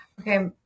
Okay